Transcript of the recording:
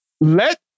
Let